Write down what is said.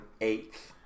eight